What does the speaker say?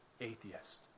atheist